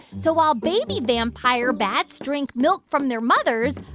so while baby vampire bats drink milk from their mothers,